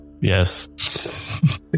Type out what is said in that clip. Yes